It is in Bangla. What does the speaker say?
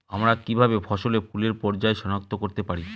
আমরা কিভাবে ফসলে ফুলের পর্যায় সনাক্ত করতে পারি?